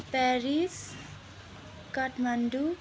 Paris Kathmandu